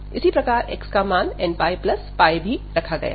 इसी प्रकार x का मान nπy भी रखा गया है